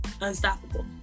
unstoppable